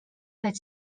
but